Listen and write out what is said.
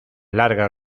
largas